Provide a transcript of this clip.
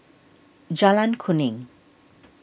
Jalan Kuning